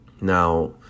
Now